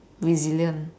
resilient